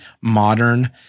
modern